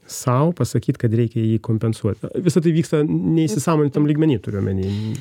sau pasakyt kad reikia jį kompensuot visa tai vyksta neįsisąmonintam lygmeny turiu omeny